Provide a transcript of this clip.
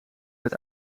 werd